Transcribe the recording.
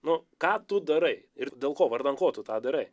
nu ką tu darai ir dėl ko vardan ko tu tą darai